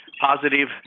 positive